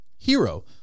Hero